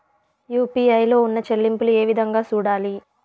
UPI లో ఉన్న చెల్లింపులు ఏ విధంగా సూడాలి